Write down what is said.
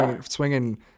swinging